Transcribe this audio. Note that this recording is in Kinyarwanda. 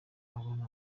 abona